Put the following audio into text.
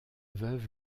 veuve